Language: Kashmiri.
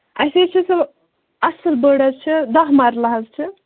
اَسے چھُ سُہ اَصٕل بٔڈ حظ چھِ دَہ مَرلہٕ حظ چھِ